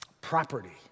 property